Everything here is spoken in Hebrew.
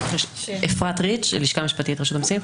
אפרת ריץ, לשכה משפטית, רשות המסים.